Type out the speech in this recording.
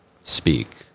speak